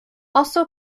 also